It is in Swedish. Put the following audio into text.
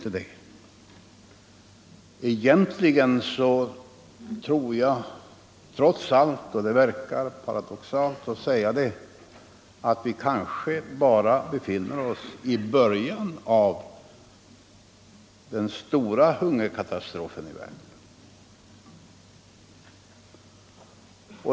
Egentligen tror jag — det verkar paradoxalt att säga det — att vi bara befinner oss i början av den stora hungerkatastrofen i världen.